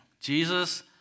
Jesus